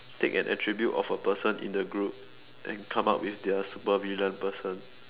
take an attribute of a person in the group and come out with their super villain person